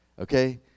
Okay